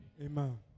Amen